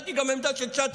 שמעתי גם עמדה של 9,000,